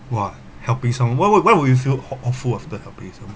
!wah! helping some what would what would you feel aw~ awful after helping someone